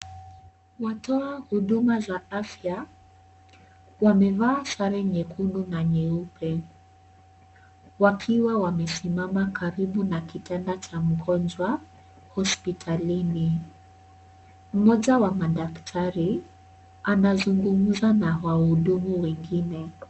Watoa huduma za afya. Wamevaa sare nyekundu na nyeupa. Wakiwa wamesimama karibu na kitanda cha mgonjwa hospitalini. Mmoja wa madaktari anazungumuza na wahudumu wengine.